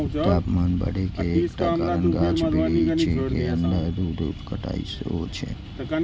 तापमान बढ़े के एकटा कारण गाछ बिरिछ के अंधाधुंध कटाइ सेहो छै